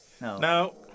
No